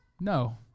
no